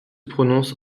prononce